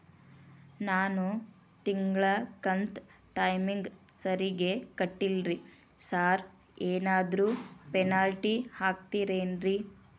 ನಾನು ತಿಂಗ್ಳ ಕಂತ್ ಟೈಮಿಗ್ ಸರಿಗೆ ಕಟ್ಟಿಲ್ರಿ ಸಾರ್ ಏನಾದ್ರು ಪೆನಾಲ್ಟಿ ಹಾಕ್ತಿರೆನ್ರಿ?